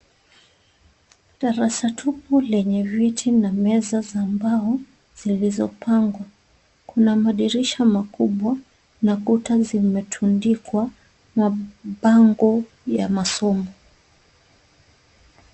Darasa tupu lenye viti na meza za mbao zilizopangwa. Kuna madirisha makubwa na kuta zimetundikwa mabango ya masomo.